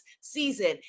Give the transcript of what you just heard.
season